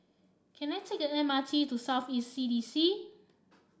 can I take the M R T to South East C D C